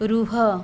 ରୁହ